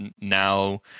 now